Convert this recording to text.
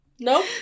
No